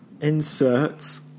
inserts